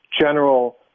general